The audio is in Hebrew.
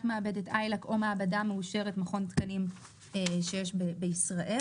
מעבדת ILAC או מעבדה מאושרת מכון תקנים שיש בישראל,